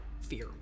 fear